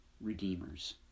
Redeemers